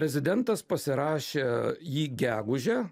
prezidentas pasirašė jį gegužę